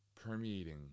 Permeating